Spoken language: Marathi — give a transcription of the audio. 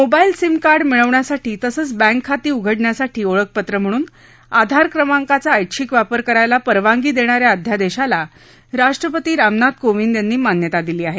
मोबाईल सिम कार्ड मिळवण्यासाठी तसंच बँक खाती उघडण्यासाठी ओळखपत्र म्हणून आधार क्रमांकाचा ऐच्छिक वापर करायला परवानगी देणाऱ्या अध्यादेशाला राष्ट्रपती राम नाथ कोविंद यांनी मान्यता दिली आहे